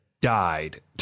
died